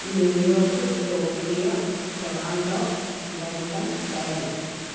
New York Tokyo Toronto London Paris